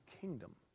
kingdom